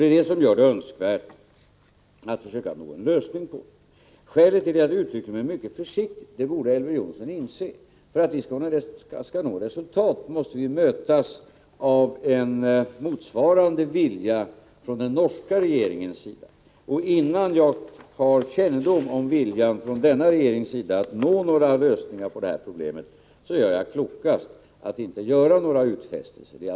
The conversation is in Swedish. Det är det som gör det önskvärt att försöka få tillstånd en lösning av frågan. Skälet till att jag uttryckte mig mycket försiktigt borde Elver Jonsson inse. För att vi skall kunna nå resultat måste vi mötas av en motsvarande vilja från den norska regeringens sida. Innan jag har kännedom om viljan från denna regerings sida att nå några lösningar på problemet är det klokast att jag inte gör några utfästelser.